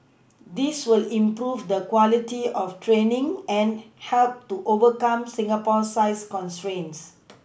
this will improve the quality of training and help to overcome Singapore's size constraints